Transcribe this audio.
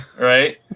Right